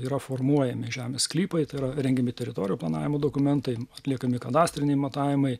yra formuojami žemės sklypai tai yra rengiami teritorijų planavimo dokumentai atliekami kadastriniai matavimai